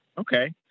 Okay